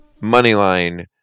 Moneyline